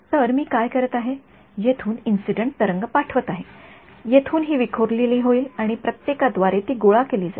तर मी काय करत आहे येथून इंसीडन्ट तरंग पाठवत आहे येथून ही विखुरलेली होईल आणि प्रत्येकाद्वारे ती गोळा केली जाईल